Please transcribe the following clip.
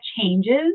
changes